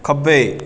ਖੱਬੇ